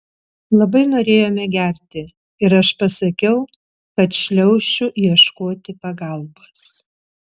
labai norėjome gerti ir aš pasakiau kad šliaušiu ieškoti pagalbos